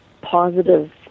positive